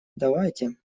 давайте